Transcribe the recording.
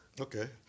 Okay